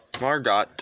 Margot